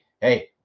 hey